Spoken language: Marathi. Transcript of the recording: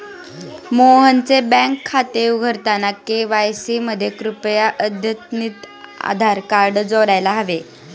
मोहनचे बँक खाते उघडताना के.वाय.सी मध्ये कृपया अद्यतनितआधार कार्ड जोडायला हवे